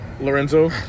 Lorenzo